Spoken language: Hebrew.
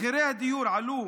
מחירי הדיור עלו